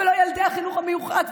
ולא לילדי החינוך המיוחד,